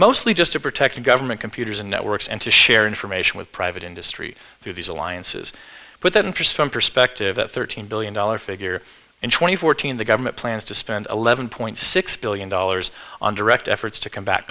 mostly just to protect the government computers and networks and to share information with private industry through these alliances but that interest from perspective a thirteen billion dollar figure and twenty fourteen the government plans to spend eleven point six billion dollars on direct efforts to combat